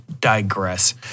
digress